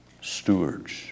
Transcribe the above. stewards